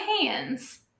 hands